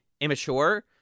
immature